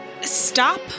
stop